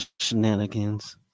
shenanigans